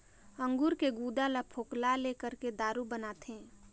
अंगूर के गुदा ल फोकला ले करके दारू बनाथे